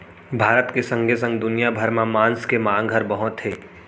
भारत के संगे संग दुनिया भर म मांस के मांग हर बहुत हे